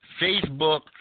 Facebook